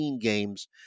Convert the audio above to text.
games